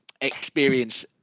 experience